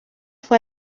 fue